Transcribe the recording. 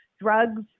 drugs